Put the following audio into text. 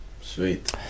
sweet